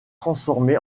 transformé